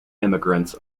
immigrants